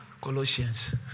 Colossians